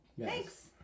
Thanks